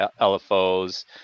LFOs